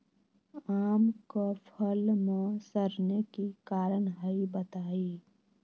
आम क फल म सरने कि कारण हई बताई?